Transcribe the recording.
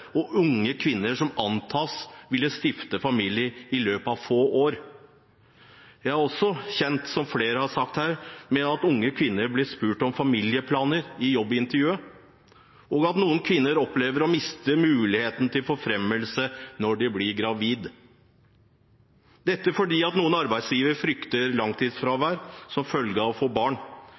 og overfor unge kvinner som antas å ville stifte familie i løpet av få år. Jeg er også kjent med, som flere har sagt her, at unge kvinner blir spurt om familieplaner i jobbintervjuet, og at noen kvinner opplever å miste muligheten til forfremmelse når de blir gravide, fordi noen arbeidsgivere frykter langtidsfravær som en følge av det å få barn.